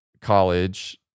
college